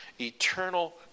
Eternal